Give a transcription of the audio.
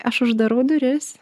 aš uždarau duris